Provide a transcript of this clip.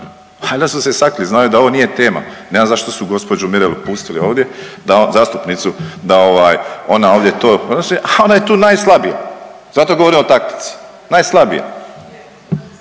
Valjda su se sakrili, znaju da ovo nije tema. Ne znam zašto su gospođu Mirelu pustili ovdje zastupnicu da ovaj ona ovdje to …/Govornik se ne razumije./… a ona je tu najslabija. Zato govorim o taktici, najslabija.